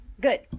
good